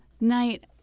night—